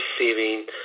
receiving